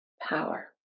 power